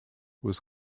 was